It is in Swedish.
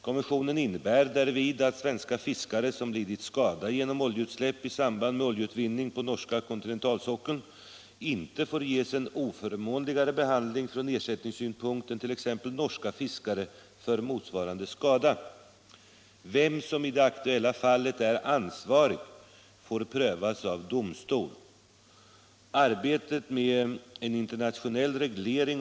Konventionen innebär därvid att svenska fiskare som lidit skada genom oljeutsläpp i samband med oljeutvinning på norska kontinentalsockeln inte får ges en oförmånligare behandling från ersättningssynpunkt än t.ex. norska fiskare för motsvarande skada. Vem som i det aktuella fallet är ansvarig får prövas av domstol.